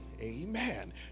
amen